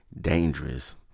dangerous